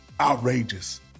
outrageous